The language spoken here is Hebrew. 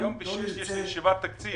היום בשעה שש יש לי ישיבת תקציב.